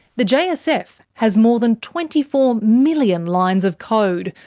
the jsf has more than twenty four million lines of code,